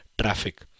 traffic